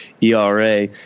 ERA